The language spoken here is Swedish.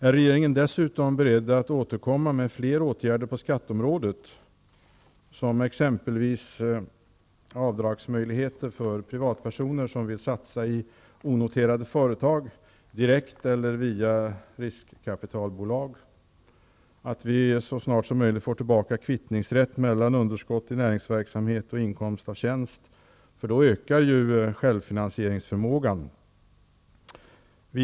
Är regeringen dessutom beredd att återkomma med fler åtgärder på skatteområdet? Det gäller exempelvis avdragsmöjligheter för privatpersoner som vill satsa i onoterade företag, direkt eller via riskkapitalbolag, och också att vi så snart som möjligt får tillbaka rätten till kvittning mellan underskott i näringsverksamhet och inkomst av tjänst. Då ökar ju självfinansieringsförmågan.